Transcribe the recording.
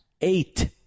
Eight